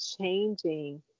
changing